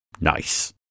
nice